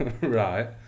right